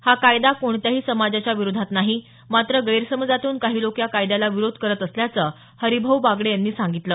हा कायदा कोणत्याही समाजाच्या विरोधात नाही मात्र गैरसमजातून काही लोक या कायद्याला विरोध करत असल्याचं हरिभाऊ बागडे यांनी सांगितलं